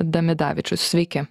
damidavičius sveiki